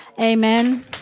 amen